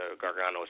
Gargano